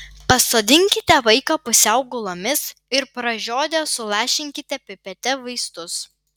pasodinkite vaiką pusiau gulomis ir pražiodę sulašinkite pipete vaistus